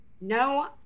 No